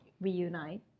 reunite